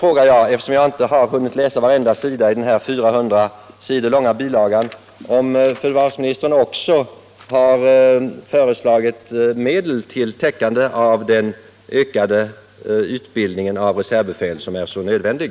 Men eftersom jag inte har hunnit läsa varenda sida i denna 400 sidor långa bilaga vill jag fråga om försvarsministern också har föreslagit medel till den ökade utbildningen av reservbefäl som är så nödvändig.